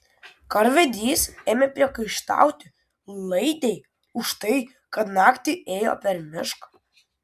karvedys ėmė priekaištauti laidei už tai kad naktį ėjo per mišką